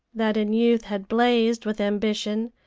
that in youth had blazed with ambition,